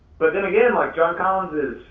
but then again, like john collins is,